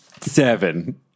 Seven